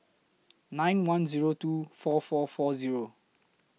nine one Zero two four four four Zero